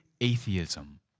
atheism